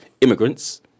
immigrants